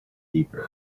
deeper